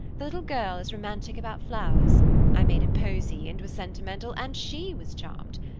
the little girl is romantic about flowers i made a posy and was sentimental, and she was charmed.